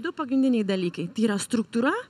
du pagrindiniai dalykai tai yra struktūra